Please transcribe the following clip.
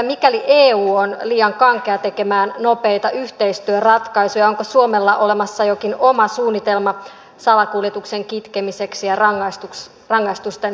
mikäli eu on liian kankea tekemään nopeita yhteistyöratkaisuja onko suomella olemassa jokin oma suunnitelma salakuljetuksen kitkemiseksi ja rangaistusten koventamiseksi